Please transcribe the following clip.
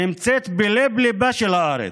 נמצאת בלב-ליבה של הארץ,